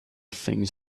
things